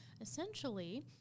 essentially –